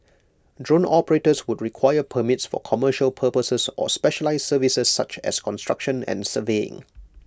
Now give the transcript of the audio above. drone operators would require permits for commercial purposes or specialised services such as construction and surveying